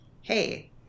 hey